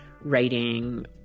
writing